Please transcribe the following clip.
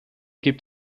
gibt